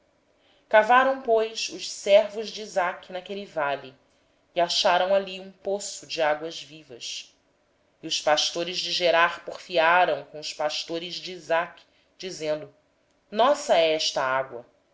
cavaram pois os servos de isaque naquele vale e acharam ali um poço de águas vivas e os pastores de gerar contenderam com os pastores de isaque dizendo esta água